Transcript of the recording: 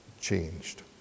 changed